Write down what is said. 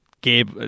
Gabe